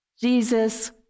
Jesus